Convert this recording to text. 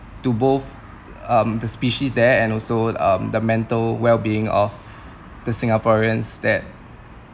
to both um the species there and also um the mental well being of the singaporeans there